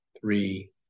three